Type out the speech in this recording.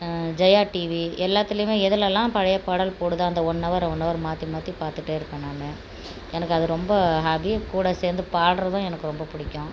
Jaya TV எல்லாத்திலேயுமே எதுலலெலாம் பழைய பாடல் போடுதோ அந்த ஒன் ஹவர் ஒன் ஹவர் மாற்றி மாற்றி பார்த்துகிட்டே இருப்பேன் நானு எனக்கு அது ரொம்ப ஹாபி கூட சேர்ந்து பாடுகிறதும் எனக்கு ரொம்ப பிடிக்கும்